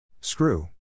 Screw